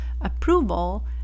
Approval